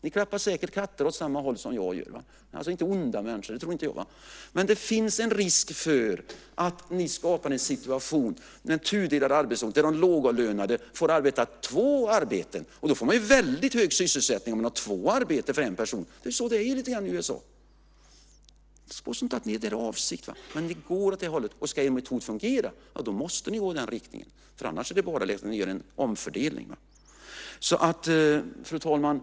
Ni klappar säkert katter åt samma håll som jag gör. Ni är alltså inte onda människor - det tror inte jag. Men det finns en risk för att ni skapar en situation med en tudelad arbetsmarknad där de lågavlönade får göra två arbeten. Då får man en väldigt hög sysselsättning, om man har två arbeten för en person! Det är ju så det är lite grann i USA. Jag påstår inte att det är er avsikt, men det går åt det hållet. Ska er metod fungera, ja, då måste ni gå i den riktningen. Annars blir det bara en omfördelning ni gör. Fru talman!